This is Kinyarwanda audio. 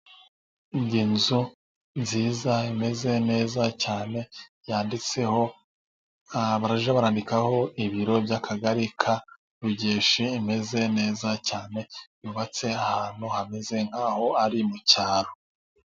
Iyi nzu nziza, imeze neza cyane yanditseho barajya bandikaho, ibiro by'akagari ka Rugeshi imeze neza cyane, yubatse ahantu hameze nk'aho ari mu cyaro.